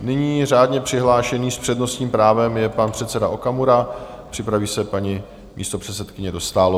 Nyní řádně přihlášený s přednostním právem je pan předseda Okamura, připraví se paní místopředsedkyně Dostálová.